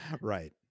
Right